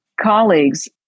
colleagues